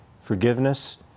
forgiveness